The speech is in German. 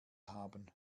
haben